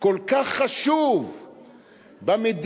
כל כך חשוב במדינאות